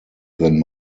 than